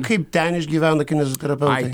kaip ten išgyvena kinezoterapeutas